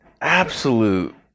absolute